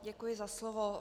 Děkuji za slovo.